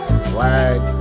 swag